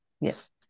yes